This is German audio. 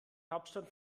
hauptstadt